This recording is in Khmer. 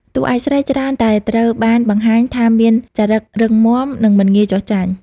តួឯកស្រី ច្រើនតែត្រូវបានបង្ហាញថាមានចរិតរឹងមាំនិងមិនងាយចុះចាញ់។